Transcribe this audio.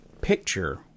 picture